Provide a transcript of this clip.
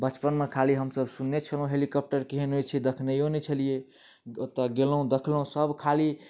बचपनमे खाली हम सभ सुनैत छलहुँ हेलीकॉप्टर केहन होइत छै देखनैयो नहि छलियै ओतहुँ गेलहुँ देखलहुँ सभ खाली